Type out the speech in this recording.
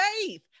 faith